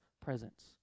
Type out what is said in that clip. presence